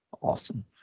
Awesome